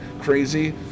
crazy